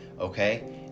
Okay